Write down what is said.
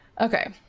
Okay